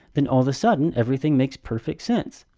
then, all the sudden, everything makes perfect sense.